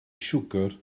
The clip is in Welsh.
siwgr